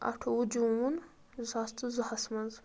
اَٹھوٚوُہ جوٗن زٕساس تہٕ زٕہَس منٛز